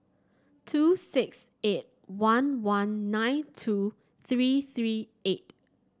two six eight one one nine two three three eight